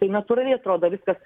tai natūraliai atrodo viskas